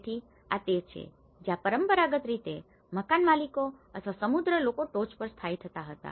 તેથી આ તે છે જ્યાં પરંપરાગત રીતે મકાનમાલિકો અથવા સમૃદ્ધ લોકો ટોચ પર સ્થાયી થતા હતા